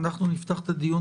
אנחנו נפתח את הדיון